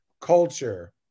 culture